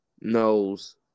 knows